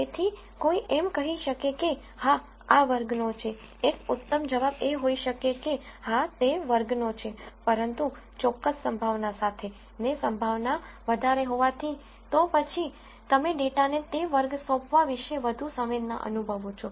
તેથી કોઈ એમ કહી શકે કે હા આ વર્ગનો છે એક ઉત્તમ જવાબ એ હોઈ શકે કે હા તે વર્ગનો છે પરંતુ ચોક્કસ સંભાવના સાથે ને સંભાવના વધારે હોવાથી તો પછી તમે ડેટાને તે વર્ગ સોંપવા વિશે વધુ સંવેદના અનુભવો છો